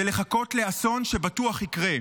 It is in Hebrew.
זה לחכות לאסון שבטוח יקרה.